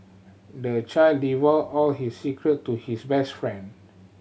the child divulged all his secret to his best friend